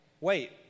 Wait